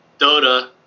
Dota